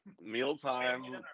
mealtime